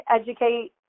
educate